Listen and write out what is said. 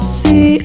see